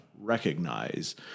recognize